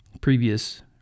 previous